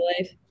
life